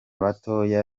batoya